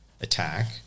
attack